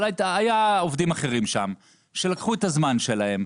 אבל היו עובידם אחרים שם שלקחו את הזמן שלהם.